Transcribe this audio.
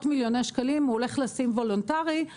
מיליוני שקלים הוא הולך לשים וולונטרית.